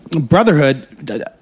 Brotherhood